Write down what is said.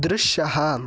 दृश्यः